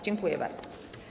Dziękuję bardzo.